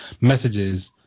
messages